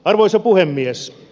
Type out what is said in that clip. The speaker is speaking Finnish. arvoisa puhemies